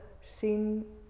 sin